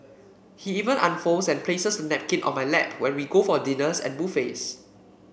he even unfolds and places the napkin on my lap when we go for dinners and buffets